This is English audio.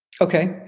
Okay